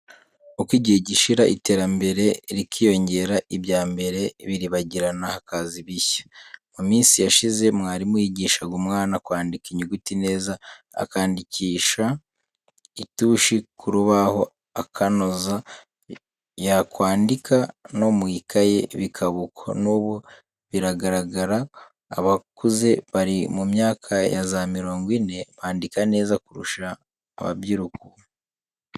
Uko igihe gishira, iterambere rikiyongera, ibya mbere biribagirana hakaza ibishya, mu minsi yashize mwarimu yigishaga umwana kwandika inyuguti neza, akandikisha itushi ku rubaho akanoza, yakwandika no mu ikayi bikaba uko, n'ubu biragaragara abakuze bari mu myaka ya za mirongo ine, bandika neza kurusha ababyiruka ubu.